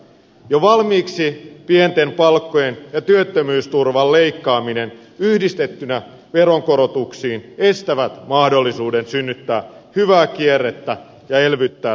jo valmiiksi pienten palkkojen ja työttömyysturvan leikkaaminen yhdistettynä veronkorotuksiin estävät mahdollisuuden synnyttää hyvää kierrettä ja elvyttää taloutta